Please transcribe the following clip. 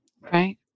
Right